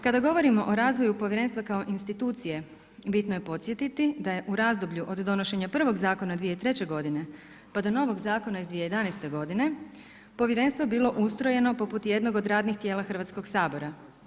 Kada govorimo o razvoju povjerenstva kao institucije bitno je podsjetiti da je u razdoblju od donošenja prvog zakona 2003. godine pa do novog zakona iz 2011. godine povjerenstvo bilo ustrojeno poput jednog od radnih tijela Hrvatskog sabora.